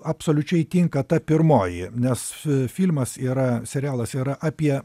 absoliučiai tinka ta pirmoji nes filmas yra serialas yra apie